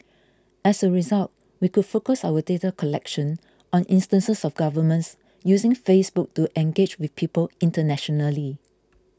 as a result we could focus our data collection on instances of governments using Facebook to engage with people internationally